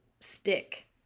stick